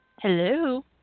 Hello